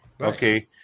Okay